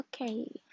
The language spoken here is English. Okay